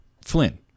Flynn